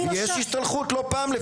יש השתלחות לא פעם.